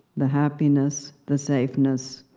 the happiness, the safeness.